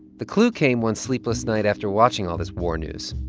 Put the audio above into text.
the clue came one sleepless night after watching all this war news.